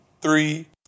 three